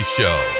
Show